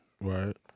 Right